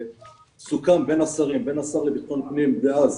סוכם בין השר לביטחון פנים דאז,